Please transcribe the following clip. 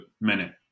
minute